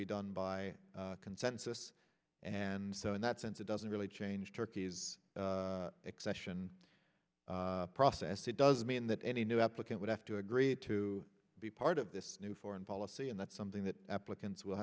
be done by consensus and so in that sense it doesn't really change turkey's accession process it doesn't mean that any new applicant would have to agree to be part of this new foreign policy and that's something that applicants w